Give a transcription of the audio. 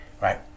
Right